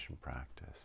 practice